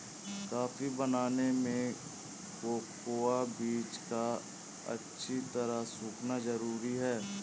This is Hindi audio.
कॉफी बनाने में कोकोआ बीज का अच्छी तरह सुखना जरूरी है